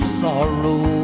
sorrow